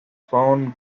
found